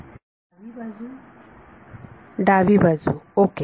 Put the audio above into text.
विद्यार्थी डावी बाजू डावी बाजू ओके